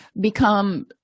become